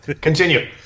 Continue